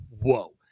Whoa